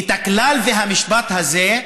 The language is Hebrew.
הכלל במשפט הזה,